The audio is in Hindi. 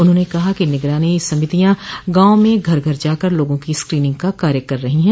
उन्होंने कहा कि निगरानी समितियाँ गॉव में घर घर जाकर लोगों की स्क्रीनिंग का कार्य कर रही हैं